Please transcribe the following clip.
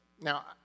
Now